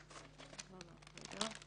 הפסולת,